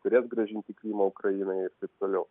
turės grąžinti krymą ukrainai ir taip toliau